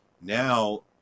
Now